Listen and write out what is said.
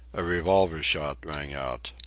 a revolver-shot rang out.